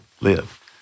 live